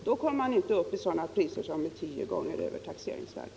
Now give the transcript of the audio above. Då kommer man inte upp till priser som ligger tio gånger över taxeringsvärdet.